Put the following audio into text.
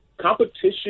competition